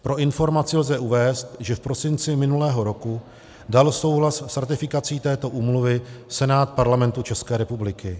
Pro informaci lze uvést, že v prosinci minulého roku dal souhlas s ratifikací této úmluvy Senát Parlamentu České republiky.